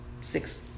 six